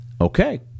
Okay